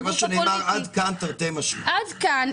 עד כאן,